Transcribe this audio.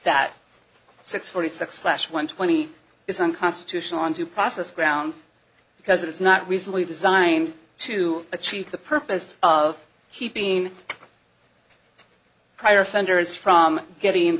that six forty six slash one twenty is unconstitutional on to process grounds because it's not reasonably designed to achieve the purpose of keeping prior offenders from getting